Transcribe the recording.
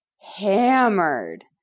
hammered